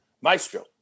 Maestro